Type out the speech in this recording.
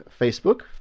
Facebook